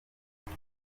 dore